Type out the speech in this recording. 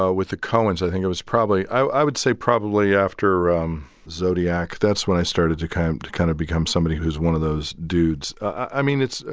ah with the coens. i think it was probably i would say probably after um zodiac that's when i started to come to kind of become somebody who's one of those dudes. i mean it's,